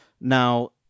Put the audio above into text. Now